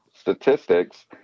statistics